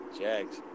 Jags